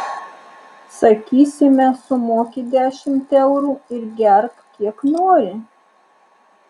sakysime sumoki dešimt eurų ir gerk kiek nori